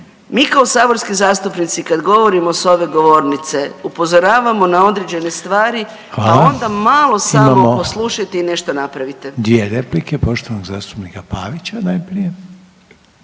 Mi kao saborski zastupnici kada govorimo s ove govornice upozoravamo na određene stvari pa onda malo samo poslušajte i nešto napravite. **Reiner, Željko (HDZ)** Hvala. Imamo dvije replike.